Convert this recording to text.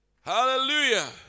Hallelujah